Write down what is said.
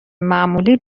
معمولی